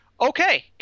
Okay